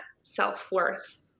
self-worth